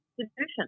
institution